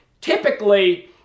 typically